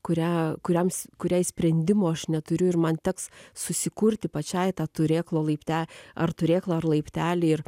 kurią kuriams kuriai sprendimo aš neturiu ir man teks susikurti pačiai tą turėklo laipte ar turėklą ar laiptelį ir